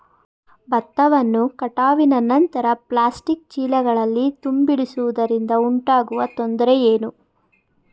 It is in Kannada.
ಭತ್ತವನ್ನು ಕಟಾವಿನ ನಂತರ ಪ್ಲಾಸ್ಟಿಕ್ ಚೀಲಗಳಲ್ಲಿ ತುಂಬಿಸಿಡುವುದರಿಂದ ಉಂಟಾಗುವ ತೊಂದರೆ ಏನು?